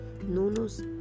Nono's